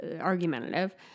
argumentative